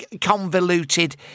convoluted